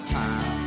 time